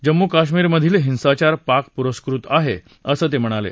जम्मू कश्मीरमधील हिंसाचार पाक पुरस्कृत आहे असं ते म्हणाले